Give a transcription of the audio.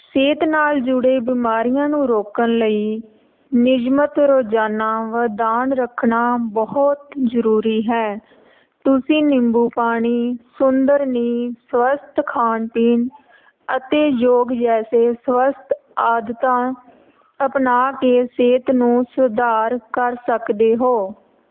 ਸਿਹਤ ਨਾਲ ਜੁੜੇ ਬਿਮਾਰੀਆਂ ਨੂੰ ਰੋਕਣ ਲਈ ਨਿਯਮਤ ਰੋਜ਼ਾਨਾ ਵਰਦਾਨ ਰੱਖਣਾ ਬਹੁਤ ਜ਼ਰੂਰੀ ਹੈ ਤੁਸੀਂ ਨਿੰਬੂ ਪਾਣੀ ਸੁੰਦਰ ਨੀਂਦ ਸਵਸਥ ਖਾਣ ਪੀਣ ਅਤੇ ਯੋਗ ਜੈਸੇ ਸਵਸਥ ਆਦਤਾਂ ਅਪਣਾ ਕੇ ਸਿਹਤ ਨੂੰ ਸਧਾਰ ਕਰ ਸਕਦੇ ਹੋ